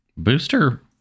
Booster